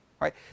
right